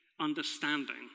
understanding